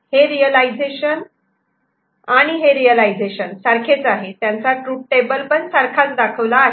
हे रियलायझेशन आणि हे रियलायझेशन सारखेच आहे त्यांचा ट्रूथ टेबल पण सारखाच दाखवला आहे